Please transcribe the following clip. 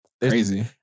Crazy